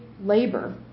labor